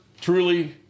truly